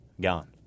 gone